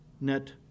net